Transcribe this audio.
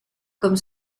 comme